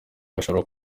bashobora